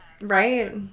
right